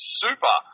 super